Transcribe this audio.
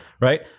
Right